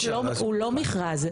השינוי של החוק לא מכרז.